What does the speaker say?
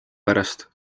pärast